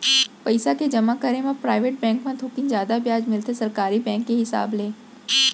पइसा के जमा करे म पराइवेट बेंक म थोकिन जादा बियाज मिलथे सरकारी बेंक के हिसाब ले